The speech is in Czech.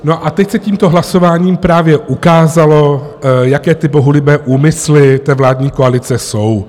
No a teď se tímto hlasováním právě ukázalo, jaké ty bohulibé úmysly té vládní koalice jsou.